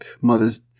mothers